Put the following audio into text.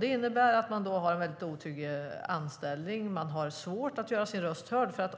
Det innebär att man har en otrygg anställning. Man har svårt att göra sin röst hörd.